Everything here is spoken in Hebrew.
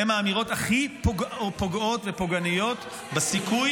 הן האמירות הכי פוגעות ופוגעניות בסיכוי